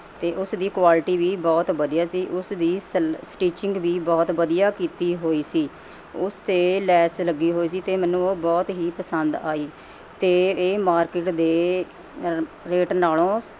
ਅਤੇ ਉਸਦੀ ਕੁਆਲਿਟੀ ਵੀ ਬਹੁਤ ਵਧੀਆ ਸੀ ਉਸ ਦੀ ਸਲ ਸਟੀਚਿੰਗ ਵੀ ਬਹੁਤ ਵਧੀਆ ਕੀਤੀ ਹੋਈ ਸੀ ਉਸ 'ਤੇ ਲੈਸ ਲੱਗੀ ਹੋਈ ਸੀ ਅਤੇ ਮੈਨੂੰ ਉਹ ਬਹੁਤ ਹੀ ਪਸੰਦ ਆਈ ਅਤੇ ਇਹ ਮਾਰਕੀਟ ਦੇ ਰੇਟ ਨਾਲ਼ੋਂ